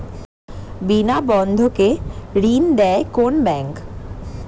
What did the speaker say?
বিনা বন্ধক কে ঋণ দেয় কোন ব্যাংক?